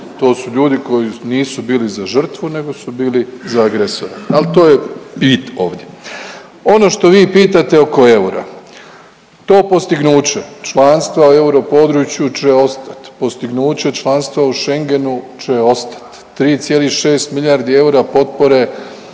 To su ljudi koji nisu bili za žrtvu nego su bili za agresora, al to je bit ovdje. Ono što vi pitate oko eura, to postignuće članstva u europodručju će ostat, postignuće članstva u Schengenu će ostat, 3,6 milijardi eura potpore